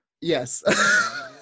Yes